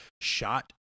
shot